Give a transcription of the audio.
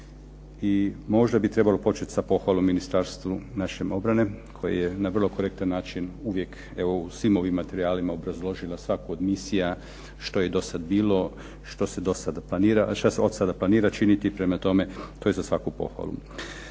i možda bi trebalo početi sa pohvalom Ministarstvu obrane koje je na vrlo korektan način uvijek u svim ovim materijalima obrazložila svaku od misija što je do sada bilo, što se od sada planira učiniti. Prema tome, to je za svaku pohvalu.